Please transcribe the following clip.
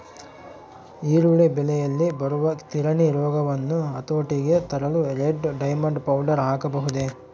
ಈರುಳ್ಳಿ ಬೆಳೆಯಲ್ಲಿ ಬರುವ ತಿರಣಿ ರೋಗವನ್ನು ಹತೋಟಿಗೆ ತರಲು ರೆಡ್ ಡೈಮಂಡ್ ಪೌಡರ್ ಹಾಕಬಹುದೇ?